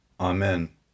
Amen